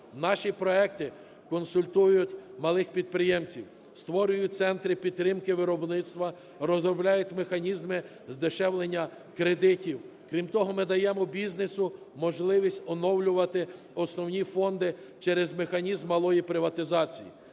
наші проекти консультують малих підприємців, створюють центри підтримки виробництва, розробляють механізми здешевлення кредитів, крім того, ми даємо бізнесу можливість оновлювати основні фонди через механізм малої приватизації.